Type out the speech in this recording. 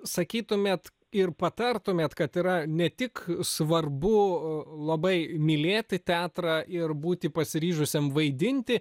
sakytumėt ir patartumėt kad yra ne tik svarbu labai mylėti teatrą ir būti pasiryžusiam vaidinti